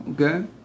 Okay